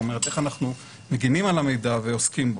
איך אנחנו מגנים על המידע ועוסקים בו.